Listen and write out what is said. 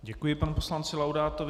Děkuji panu poslanci Laudátovi.